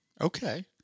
Okay